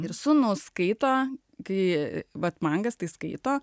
ir sūnus skaito kai vat mangas tai skaito